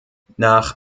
nach